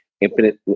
Infinite